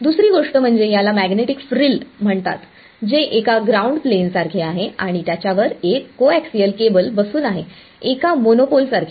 दुसरी गोष्ट म्हणजे याला मॅग्नेटिक फ्रिल म्हणतात जे एका ग्राउंड प्लेनसारखे आहे आणि त्याच्या वर एक कोएक्सिअल केबल बसून आहे एका मोनोपोल सारखे